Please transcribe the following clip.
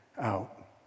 out